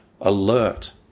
alert